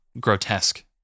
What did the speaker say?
grotesque